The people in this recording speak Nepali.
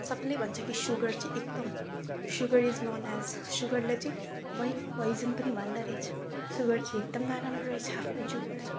सबले भन्छ कि सुगर चाहिँ एकदम सुगर इज नोन एज सुगरलाई चाहिँ व्हाइट पोइजन पनि भन्दो रहेछ सुगर चाहिँ एकदम नराम्रो रहेछ आफ्नो जिउको लागि